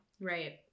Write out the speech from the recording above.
Right